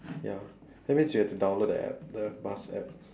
ya that means you have to download the app the bus app